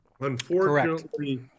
Unfortunately